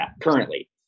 currently